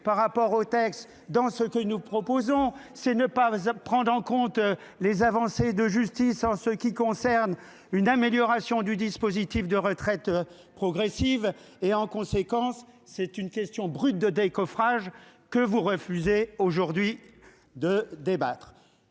par rapport au texte dans ce que nous proposons c'est ne pas ça prend dans compte les avancées de justice en ce qui concerne une amélioration du dispositif de retraite progressive et en conséquence, c'est une question brute de décoffrage que vous refusez aujourd'hui de débattre.